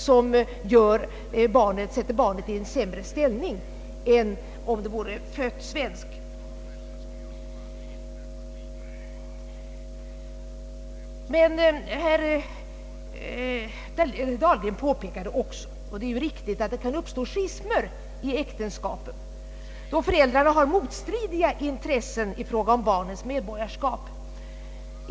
Men detta är egentligen också det enda som försätter barnet i en sämre ställning än om det vore fött svenskt. I alla andra avseenden är barnet likaberättigat. Herr Dahlberg framhöll också — och det är riktigt — att det kan uppstå schismer i äktenskapet, då föräldrarna har motstridiga intressen i fråga om barnens medborgarskap.